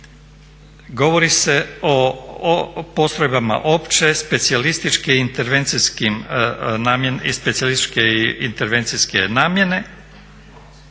govori se o postrojbama opće, specijalističke i intervencijske namjene